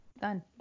Done